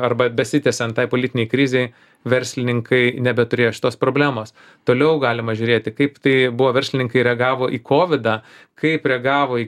arba besitęsiant tai politinei krizei verslininkai nebeturėjo šitos problemos toliau galima žiūrėti kaip tai buvo verslininkai reagavo į kovidą kaip reagavo į